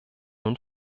nun